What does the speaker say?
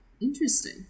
Interesting